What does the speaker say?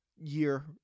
year